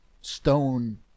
stone